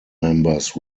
members